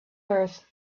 earth